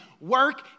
work